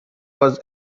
was